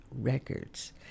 Records